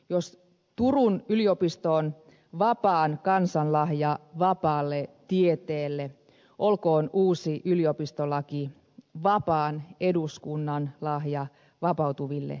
jos turun yliopisto on vapaan kansan lahja vapaalle tieteelle olkoon uusi yliopistolaki vapaan eduskunnan lahja vapautuville yliopistoille